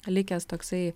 likęs toksai